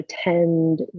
attend